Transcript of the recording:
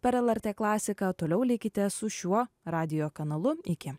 per lrt klasiką toliau likite su šiuo radijo kanalu iki